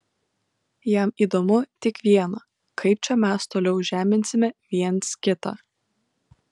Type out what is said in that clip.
jam įdomu tik viena kaip čia mes toliau žeminsime viens kitą